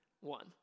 one